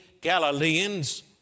Galileans